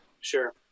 Sure